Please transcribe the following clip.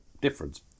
difference